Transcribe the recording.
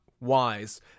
wise